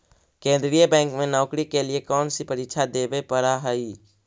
केन्द्रीय बैंक में नौकरी के लिए कौन सी परीक्षा देवे पड़ा हई